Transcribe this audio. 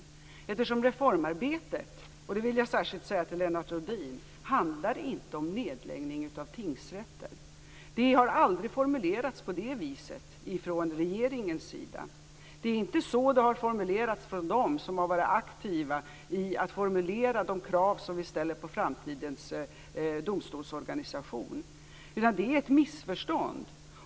Reformarbetet handlar ju inte, det vill jag särskilt säga till Lennart Rohdin, om nedläggning av tingsrätter. Det har aldrig formulerats på det viset från regeringens sida. Det är inte så det har formulerats från dem som har varit aktiva när det gäller att formulera de krav som vi ställer på framtidens domstolsorganisation. Det är ett missförstånd.